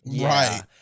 right